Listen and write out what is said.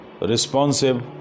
responsive